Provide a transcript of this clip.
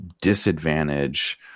disadvantage